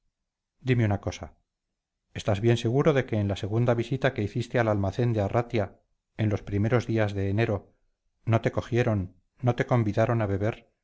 dime una cosa estás bien seguro de que en la segunda visita que hiciste al almacén de arratia en los primeros días de enero no te cogieron no te convidaron a beber